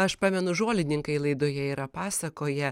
aš pamenu žolininkai laidoje yra pasakoję